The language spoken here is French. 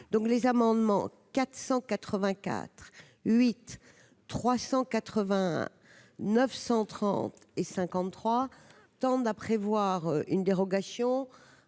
donc les amendements 484 8 380 930 et 53 tendent à prévoir une dérogation